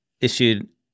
issued